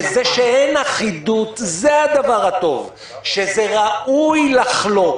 שזה שאין אחידות זה הדבר הטוב, שראוי לחלוק,